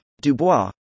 Dubois